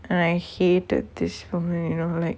and I hated this for me you know like